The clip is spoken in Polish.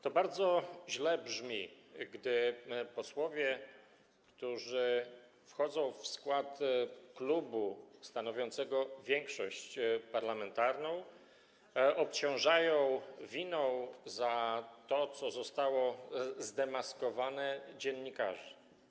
To bardzo źle brzmi, gdy posłowie, którzy wchodzą w skład klubu stanowiącego większość parlamentarną, obciążają winą za to, co zostało zdemaskowane, dziennikarzy.